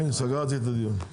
סגרתי את הדיון.